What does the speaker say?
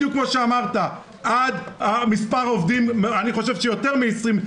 בדיוק כמו שאמרת: עד מספר עובדים אני חושב שיותר מ-23,